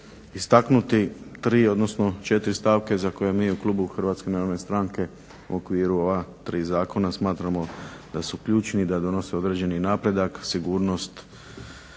istaknuti četiri stavke za koje mi u klubu HNS-a u okviru ova tri zakona smatramo da su ključni i da donose određeni napredak, sigurnost